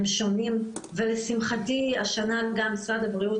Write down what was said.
הם שונים ולשמחתי השנה גם משרד הבריאות